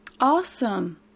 Awesome